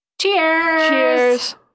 Cheers